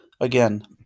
Again